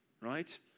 right